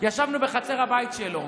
ישבנו בחצר הבית שלו,